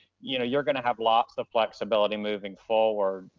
you know you're gonna have lots of flexibility moving forward,